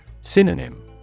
Synonym